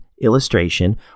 Illustration